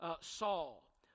Saul